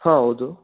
ಹೌದು